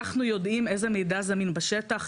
אנחנו יודעים איזה מידע זמין בשטח,